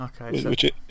Okay